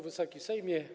Wysoki Sejmie!